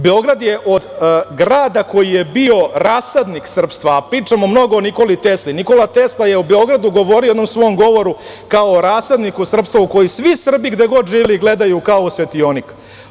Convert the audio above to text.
Beograd je od grada koji je bio rasadnik srpstva, a pričamo mnogo o Nikoli Tesli, Nikola Tesla je o Beogradu govorio u jednom svom govoru kao o rasadniku srpstva u koji svi Srbi, gde god živeli, gledaju kao u svetionik.